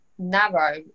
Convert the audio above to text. narrow